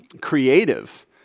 creative